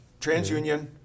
TransUnion